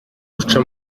duca